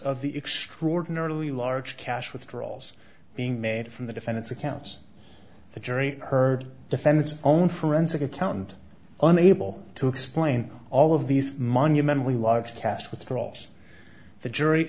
of the extraordinarily large cash withdrawals being made from the defendant's accounts the jury heard defendant's own forensic accountant unable to explain all of these monumentally large cast withdrawals the jury